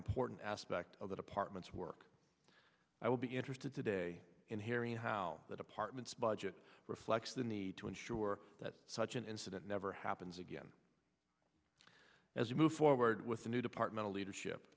important aspect of the department's work i would be interested today in hearing how the department's budget reflects the need to ensure that such an incident never happens again as we move forward with a new department of leadership